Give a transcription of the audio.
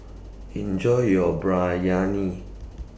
Enjoy your Biryani